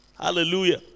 Hallelujah